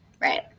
Right